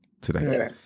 today